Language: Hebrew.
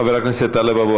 חבר הכנסת טלב אבו